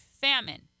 famine